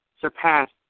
surpassed